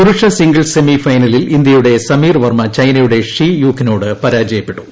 പുരുഷ singles semi ഫൈനലിൽ ഇന്ത്യയുടെ സമീർ ചൈനയുടെ ഷി യുക്കിന്റോട്ട് പ്രാജയപ്പെട്ടു